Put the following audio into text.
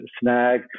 snag